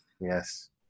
yes